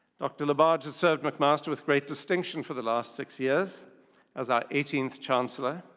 dr. labarge has served mcmaster with great distinction for the last six years as our eighteenth chancellor,